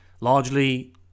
largely